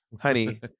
honey